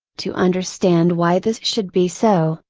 to understand why this should be so,